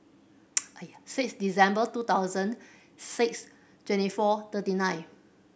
six December two thousand six twenty four thirty nine